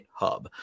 GitHub